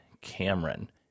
Cameron